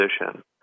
position